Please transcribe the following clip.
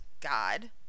God